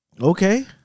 Okay